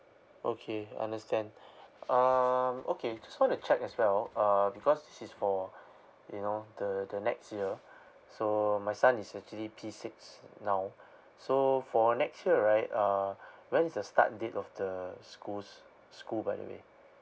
okay understand um okay jus want to check as well uh because this is for you know the the next year so my son is actually P six now so for next year right uh when is the start date of the schools school by the way